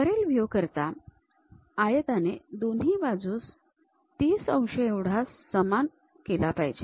वरील व्ह्यू करिता आयताने दोन्ही बाजूंस ३० अंश एवढा समान व केला पाहिजे